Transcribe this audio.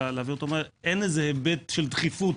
להעביר אותו מהר - אין היבט של דחיפות,